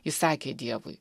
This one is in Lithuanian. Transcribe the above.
ji sakė dievui